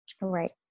Right